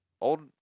Old